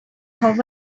how